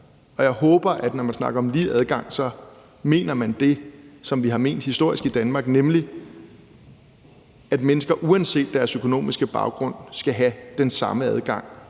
og jeg håber, at man, når man snakker om lige adgang, så mener det, som vi har ment historisk i Danmark, nemlig at mennesker uanset deres økonomiske baggrund skal have den samme adgang,